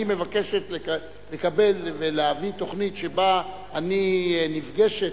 אני מבקשת לקבל ולהביא תוכנית שבה אני נפגשת